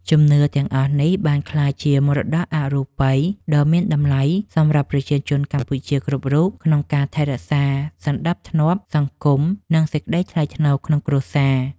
ជំនឿទាំងអស់នេះបានក្លាយជាមរតកអរូបីដ៏មានតម្លៃសម្រាប់ប្រជាជនកម្ពុជាគ្រប់រូបក្នុងការថែរក្សាសណ្តាប់ធ្នាប់សង្គម និង សេចក្តីថ្លៃថ្នូរក្នុងគ្រួសារ។